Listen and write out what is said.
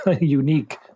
unique